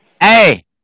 Hey